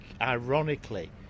ironically